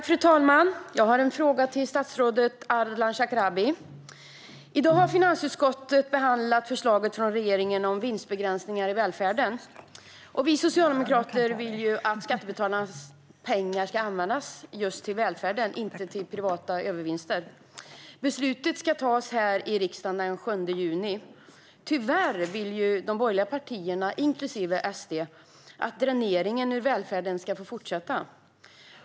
Fru talman! Jag har en fråga till statsrådet Ardalan Shekarabi. I dag har finansutskottet behandlat regeringens förslag om vinstbegränsningar i välfärden. Vi socialdemokrater vill ju att skattebetalarnas pengar ska användas till just välfärden och inte till privata övervinster. Beslutet ska tas här i riksdagen den 7 juni. Tyvärr vill de borgerliga partierna, inklusive SD, att dräneringen av välfärden ska få fortsätta.